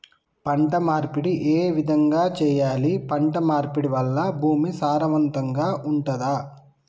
పంట మార్పిడి ఏ విధంగా చెయ్యాలి? పంట మార్పిడి వల్ల భూమి సారవంతంగా ఉంటదా?